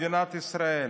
מדינת ישראל,